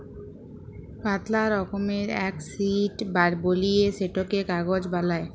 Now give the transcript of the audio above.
পাতলা রকমের এক শিট বলিয়ে সেটকে কাগজ বালাই